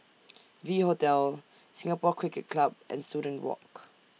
V Hotel Singapore Cricket Club and Student Walk